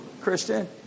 Christian